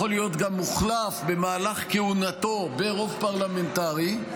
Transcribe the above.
יכול להיות גם מוחלף במהלך כהונתו ברוב פרלמנטרי,